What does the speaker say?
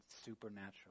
supernatural